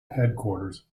headquarters